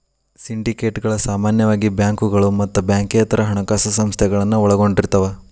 ಸಿಂಡಿಕೇಟ್ಗಳ ಸಾಮಾನ್ಯವಾಗಿ ಬ್ಯಾಂಕುಗಳ ಮತ್ತ ಬ್ಯಾಂಕೇತರ ಹಣಕಾಸ ಸಂಸ್ಥೆಗಳನ್ನ ಒಳಗೊಂಡಿರ್ತವ